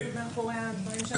מי עומד מאחורי הדברים שלך?